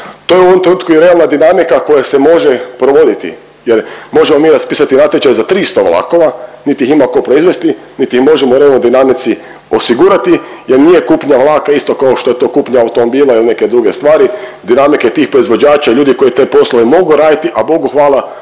To je u ovom trenutku i realna dinamika koja se može provoditi, jer možemo mi raspisati natječaj za 300 vlakova, niti ih ima tko proizvesti, niti ih možemo u realnoj dinamici osigurati jer nije kupnja vlaka isto kao što je to kupnja automobila ili neke druge stvari. Dinamika je tih proizvođača, ljudi koji te poslove mogu raditi, a bogu Hvala